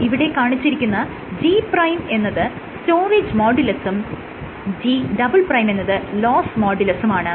ഇവിടെ കാണിച്ചിരിക്കുന്ന G' എന്നത് സ്റ്റോറേജ് മോഡുലസും G" എന്നത് ലോസ്സ് മോഡുലസുമാണ്